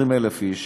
20,000 איש,